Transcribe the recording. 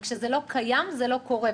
וכשזה לא קיים, זה לא קורה.